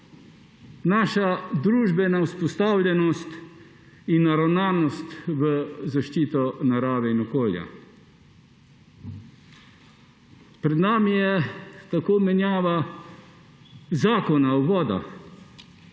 naša družbena vzpostavljenost in naravnanost v zaščito narave in okolja. Pred nami je tako menjava Zakona o vodah,